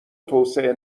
توسعه